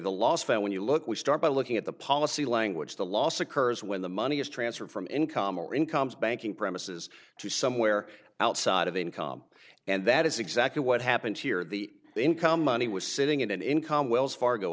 the last fall when you look we start by looking at the policy language the loss occurs when the money is transferred from income or incomes banking premises to somewhere outside of income and that is exactly what happened here the income money was sitting in an income wells fargo